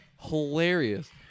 hilarious